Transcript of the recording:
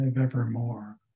evermore